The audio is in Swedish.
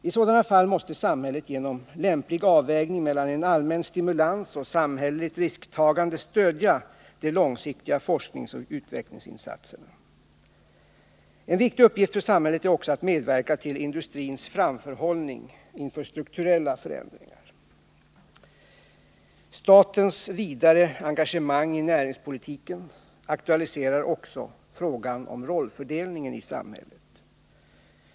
I sådana fall måste samhället, genom lämplig avvägning mellan allmän stimulans och samhälleligt risktagande, stödja de långsiktiga forskningsoch utvecklingsinsatserna. En viktig uppgift för samhället är också att medverka till industrins framförhållning inför strukturella förändringar. Statens vidare engagemang i näringspolitiken aktualiserar också frågan om rollfördelningen i samhället.